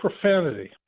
profanity